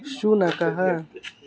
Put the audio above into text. शुनकः